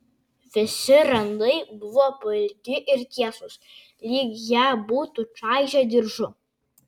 visi randai buvo pailgi ir tiesūs lyg ją būtų čaižę diržu